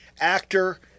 actor